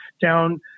down